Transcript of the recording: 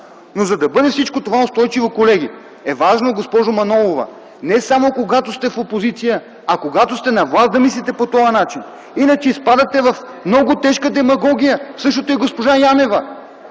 За да бъде всичко това устойчиво, колеги, е важно, госпожо Манолова, не само когато сте в опозиция, а когато сте на власт да мислите по този начин, иначе изпадате в много тежка демагогия. Същото е и при госпожа Янева.